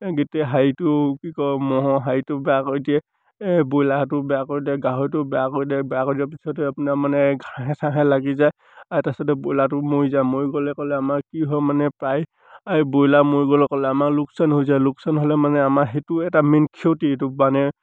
গোটেই শৰীৰটো কি কয় মহৰ শৰীৰটো বেয়া কৰি দিয়ে ব্ৰইলাৰটো বেয়া কৰি দিয়ে গাহৰিটো বেয়া কৰি দিয়ে বেয়া কৰি দিয়াৰ পিছতে আপোনাৰ মানে ঘাঁহে চাহে লাগি যায় আৰু তাৰপিছতে ব্ৰইলাৰটো মৰি যায় মৰি গ'লে ক'লে আমাৰ কি হয় মানে প্ৰায় ব্ৰইলাৰ মৰি গ'লে ক'লে আমাৰ লোকচান হৈ যায় লোকচান হ'লে মানে আমাৰ সেইটো এটা মেইন ক্ষতি সেইটো মানে